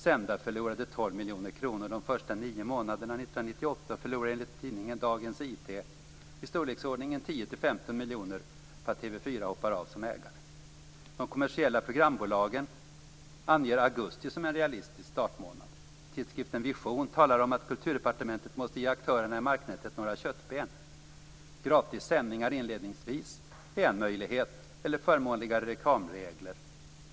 Senda förlorade 12 miljoner kronor de första nio månaderna 1998 och förlorar enligt tidningen Dagens IT i storleksordningen 10 till 15 miljoner på att TV 4 hoppar av som ägare. De kommersiella programbolagen anger augusti som en realistisk startmånad. Tidskriften Vision talar om att Kulturdepartementet måste ge aktörerna i marknätet några köttben. Gratis sändningar inledningsvis är en möjlighet, eller förmånligare reklamregler.